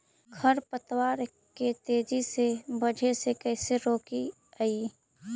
खर पतवार के तेजी से बढ़े से कैसे रोकिअइ?